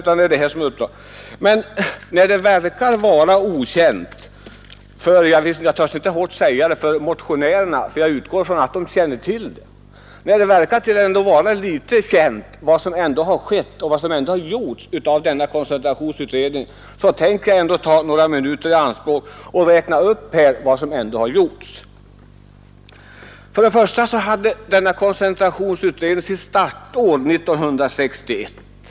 Men eftersom det verkar som koncentrationsutredningens arbete är alltför litet känt avser jag ta några minuter i anspråk och redogöra för vad utredningen hittills har åstadkommit. Koncentrationsutredningen startade år 1961.